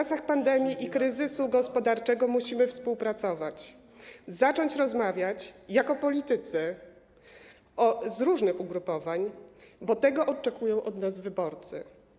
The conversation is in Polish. W czasach pandemii i kryzysu gospodarczego musimy współpracować, zacząć rozmawiać jako politycy z różnych ugrupowań, bo tego oczekują od nas wyborcy.